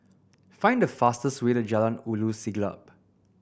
find the fastest way to Jalan Ulu Siglap